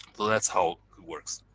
that's how it works.